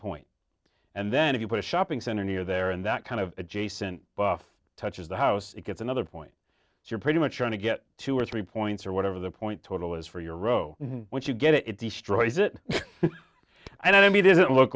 point and then if you put a shopping center near there and that kind of adjacent buff touches the house it gets another point you're pretty much trying to get two or three points or whatever the point total is for your row when you get it destroys it and i mean does it look